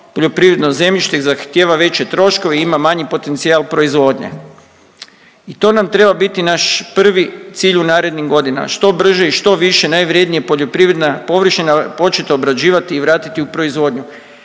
poljoprivredno zemljište zahtijeva veće troškove i ima manji potencijal proizvodnje i to nam treba biti naš prvi cilj u narednim godinama. Što brže i što više najvrijednije poljoprivredna površina početi obrađivati i vratiti u proizvodnju,